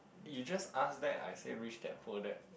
you just ask back I say rich that poor that